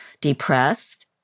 depressed